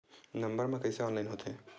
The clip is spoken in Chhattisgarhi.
नम्बर मा कइसे ऑनलाइन होथे?